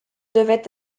devrait